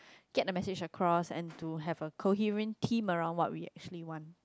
get the message across and to have a coherent tea around what we actually want